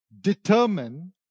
determine